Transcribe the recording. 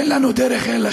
אין לנו דרך אלא